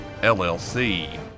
LLC